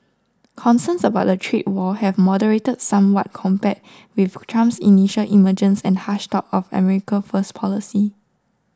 concerns about a trade war have moderated somewhat compared with Trump's initial emergence and harsh talk of America first policy